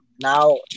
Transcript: now